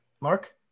Mark